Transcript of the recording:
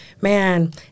man